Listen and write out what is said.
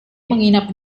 menginap